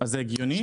זה הגיוני?